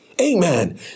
Amen